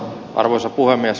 arvoisa puhemies